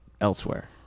elsewhere